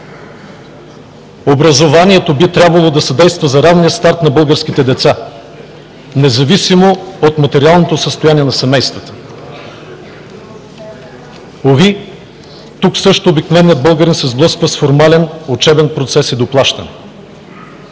Образованието би трябвало да съдейства за равния старт на българските деца, независимо от материалното състояние на семействата. Уви, тук също обикновеният българин се сблъсква с формален учебен процес и доплащане.